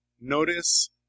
Notice